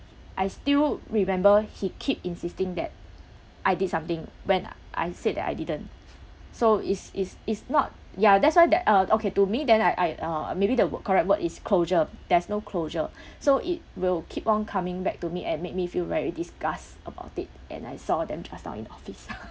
I still remember he keep insisting that I did something when I said that I didn't so it's it's it's not ya that's why that uh okay to me then I I uh maybe the wo~ correct word is closure there's no closure so it will keep on coming back to me and make me feel very disgust about it and I saw them trust uh in office